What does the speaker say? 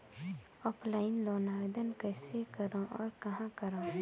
Offline loan आवेदन कइसे करो और कहाँ करो?